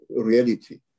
reality